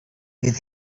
maybe